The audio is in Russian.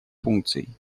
функций